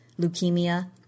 leukemia